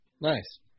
Nice